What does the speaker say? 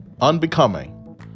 unbecoming